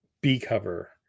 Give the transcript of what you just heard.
B-Cover